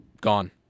gone